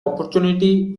opportunity